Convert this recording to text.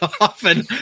often